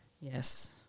Yes